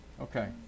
Okay